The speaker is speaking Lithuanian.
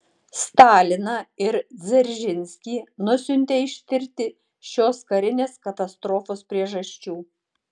staliną ir dzeržinskį nusiuntė ištirti šios karinės katastrofos priežasčių